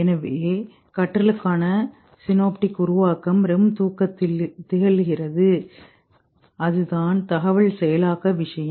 எனவே கற்றலுக்கான சினோப்டிக் உருவாக்கம் REM தூக்கத்தில் நிகழ்கிறது அதுதான் தகவல் செயலாக்க விஷயம்